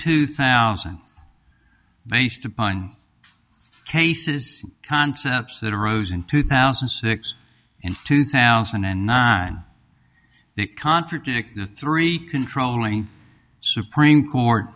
two thousand based upon cases concepts that arose in two thousand and six and two thousand and nine that contradict the three controlling supreme court